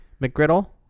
mcgriddle